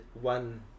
one